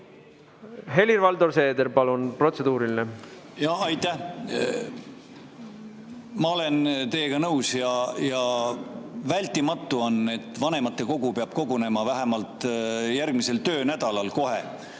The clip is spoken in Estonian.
Helir-Valdor Seeder, palun! Protseduuriline. Aitäh! Ma olen teiega nõus. Vältimatu on, et vanematekogu peab kogunema vähemalt järgmisel töönädalal kohe